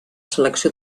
selecció